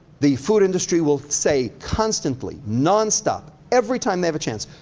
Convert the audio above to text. the food industry will say constantly, nonstop, every time they have a chance,